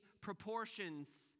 proportions